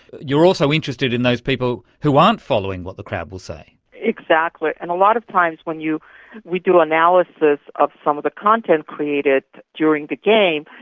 you're also interested in those people who aren't following what the crowd will say. exactly, and a lot of times when we do analysis of some of the content created during the game,